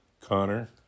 Connor